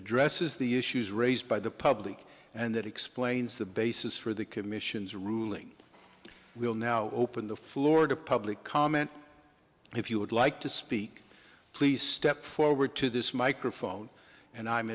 addresses the issues raised by the public and that explains the basis for the commission's ruling will now open the florida public comment if you would like to speak please step forward to this microphone and i'm